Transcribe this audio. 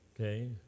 okay